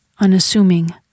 unassuming